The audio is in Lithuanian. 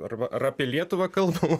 ar ar apie lietuvą kalbam